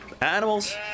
animals